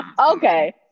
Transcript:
Okay